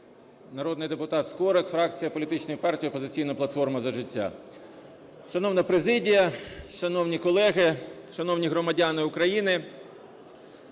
Народний депутат Скорик, фракція політичної партії "Опозиційна платформа – За життя". Шановна президія, шановні колеги, шановні громадяни України!